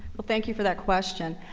well, thank you for that question.